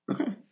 Okay